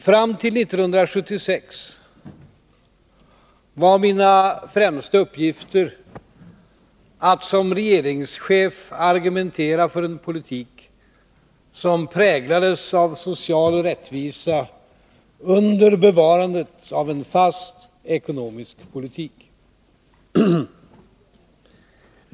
Fram till 1976 var mina främsta uppgifter att som regeringschef argumentera för en politik som präglades av social rättvisa under bevarandet av en fast ekonomisk politik.